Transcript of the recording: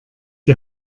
die